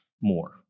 more